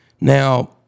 Now